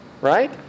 right